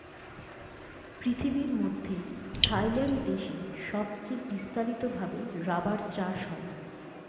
পৃথিবীর মধ্যে থাইল্যান্ড দেশে সবচে বিস্তারিত ভাবে রাবার চাষ করা হয়